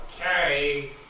Okay